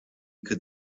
could